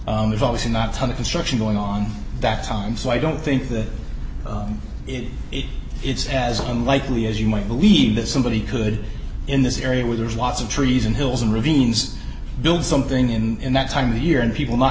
time there's always a not ton of construction going on that time so i don't think that it it's as unlikely as you might believe that somebody could in this area where there's lots of trees and hills and ravines build something in that time of year and people